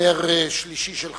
נר שלישי של חנוכה,